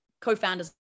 co-founders